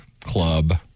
club